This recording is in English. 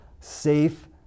safe